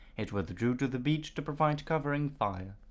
it withdrew to the beach to provide covering fire.